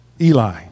Eli